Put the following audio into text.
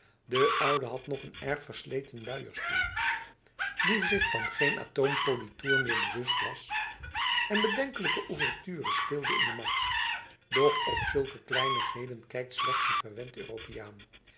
de oude had nog een erg versleten luierstoel die zich van geen atoom politoer meer bewust was en bedenkelijke ouvertures speelde in de mat doch op zulke kleinigheden kijkt slechts een verwend europeaan